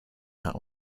that